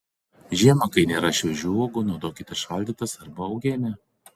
žiemą kai nėra šviežių uogų naudokite šaldytas arba uogienę